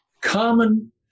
common